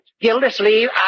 Gildersleeve